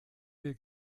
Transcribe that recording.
mir